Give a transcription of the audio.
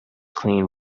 clean